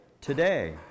today